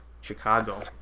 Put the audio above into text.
Chicago